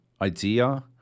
idea